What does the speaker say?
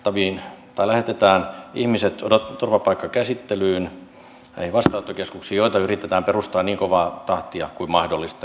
sen jälkeen lähetetään ihmiset turvapaikkakäsittelyyn vastaanottokeskuksiin joita yritetään perustaa niin kovaa tahtia kuin mahdollista